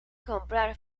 comprar